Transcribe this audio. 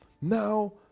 Now